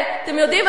אתם יודעים,